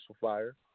fire